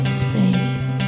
space